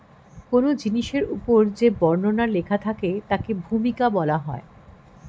কোন জিনিসের উপর যে বর্ণনা লেখা থাকে তাকে ভূমিকা বলা হয়